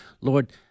Lord